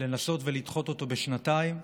לנסות לדחות אותו בשנתיים.